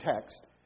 text